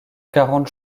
quarante